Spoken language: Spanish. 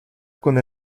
con